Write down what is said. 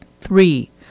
Three